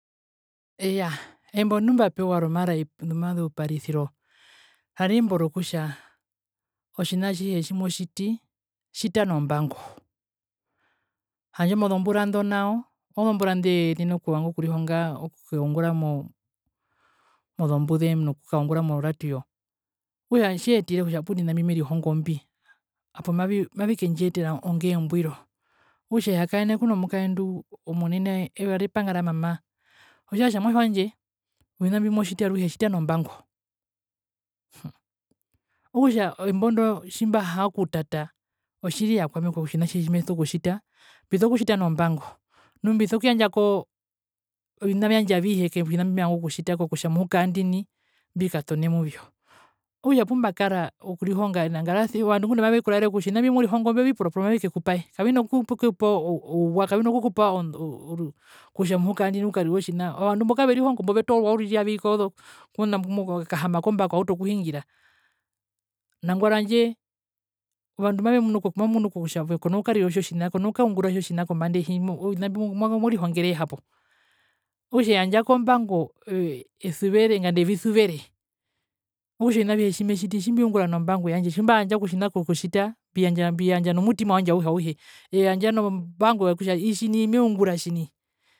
Eeya embo ndimbapewa roma romazeuparisiro rari embo rokutja otjina atjihe tjimotjiti tjita nombango handje ozombura ozombura ndevanga okurihonga okukaungura mozo radio okutja etjetira kutja vakwetu ovina mbimerihongo mbi hapo mavi mavikendjiyetera ongee mbwiro okutja ehakaene kuno mukaendu omunene eye wari epanga ramama otja mwatje wandje ovina mbimotjiti aruhe tjita nombango, okutja embo tjimbahara okutata otjiriya kwami kutja otjina atjihe tjimeso kutjita mbiso kutjita nombango nu mbiso kuyandja koo ovina vyandje avihe kovina mbimevanga okutjita kutja mukaa ndina mbikatone muvyo okutja opumbakara okurihonga enangasi ovandu ngunda mavekuraere kutja ovina mbimorihongo mbio viporoporo mavikekupae kavina kukupa ouwa kavino kukupa oo oo kutja muhuka ndina ukarire otjina ovandu mbo kaverihongo mbo vetoorwa uriri aveii kozo kona akahaama kombako oautu okuhungira nangwari handje ovandu mavemunu kutja mamunu kutja ove kona kukarira itjo tjina kono kukaungura otjina kombanda itjo tjina kombanda ehi ovina mbi mo morihongere hapo okutja eyandja kombango esuvere nganda evisuvere okutja ovina avihe tjimetjiti otjimbiungura nombango yandje tjimbaandja kotjina okutjita mbiyandja nomutima wandje auhe auhe eyandja nombango yokutja itji nai meungura tji nai.